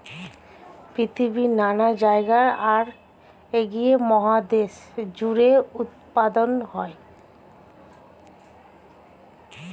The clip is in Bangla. পৃথিবীর নানা জায়গায় আর এশিয়া মহাদেশ জুড়ে উৎপাদন হয়